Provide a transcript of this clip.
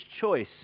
choice